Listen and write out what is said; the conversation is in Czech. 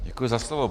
Děkuji za slovo.